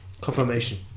confirmation